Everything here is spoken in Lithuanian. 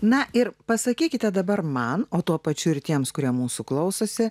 na ir pasakykite dabar man o tuo pačiu ir tiems kurie mūsų klausosi